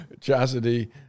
Chastity